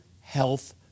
health